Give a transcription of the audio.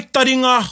Taringa